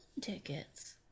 tickets